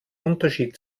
unterschied